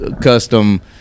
custom